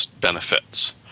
benefits